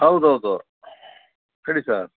ಹೌದು ಹೌದು ಹೇಳಿ ಸಾರ್